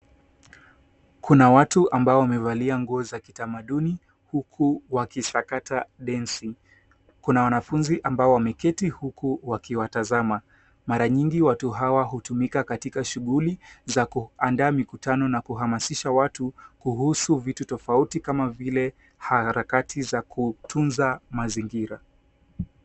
Kuna watu ambao wamevalia nguo za kitamaduni huku wakisakata densi. Kuna wanafunzi ambao wameketi huku wakiwatazama. Mara nyingi watu hawa hutumika katika shughuli za kuanda mikutano na kuhamasisha watu kuhusu vitu tofauti kama vile harakati za kutunza mazingira.